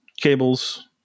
cables